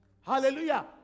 hallelujah